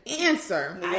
answer